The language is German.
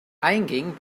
einging